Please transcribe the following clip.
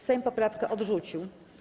Sejm poprawkę odrzucił.